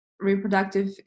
Reproductive